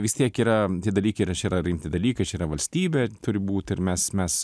vis tiek yra dalykai yra čia yra rimti dalykai čia yra valstybė turi būt ir mes mes